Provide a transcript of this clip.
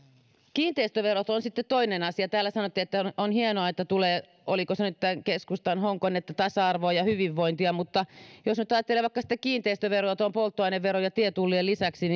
kiinteistöverot on sitten toinen asia täällä sanottiin että on hienoa että tulee oliko se nyt keskustan honkonen tasa arvoa ja hyvinvointia mutta jos nyt ajattelee vaikka sitten kiinteistöveroa polttoaineveron ja tietullien lisäksi